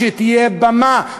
כשהיא תהיה במה,